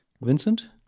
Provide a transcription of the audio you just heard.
vincent